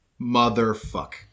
Motherfuck